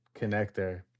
connector